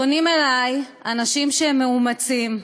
פונים אלי אנשים שהם מאומצים,